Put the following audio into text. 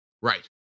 right